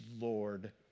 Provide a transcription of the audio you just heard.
Lord